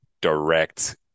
direct